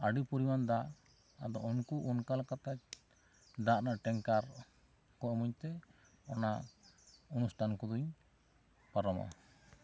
ᱟᱹᱰᱤ ᱯᱩᱨᱤᱢᱟᱱ ᱫᱟᱜ ᱟᱫᱚ ᱩᱱᱠᱩ ᱚᱱᱠᱟ ᱞᱮᱠᱟᱛᱮ ᱫᱟᱜ ᱨᱮᱱᱟᱜ ᱴᱮᱝᱠᱟᱨ ᱠᱚ ᱮᱢᱟᱹᱧ ᱛᱮ ᱚᱱᱟ ᱚᱱᱩᱥᱴᱷᱟᱱ ᱠᱚᱫᱚᱧ ᱯᱟᱨᱚᱢᱟ